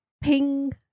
ping